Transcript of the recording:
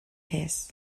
his